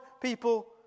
people